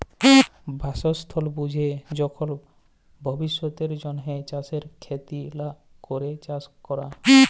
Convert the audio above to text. বাসস্থাল বুইঝে যখল ভবিষ্যতের জ্যনহে চাষের খ্যতি লা ক্যরে চাষ ক্যরা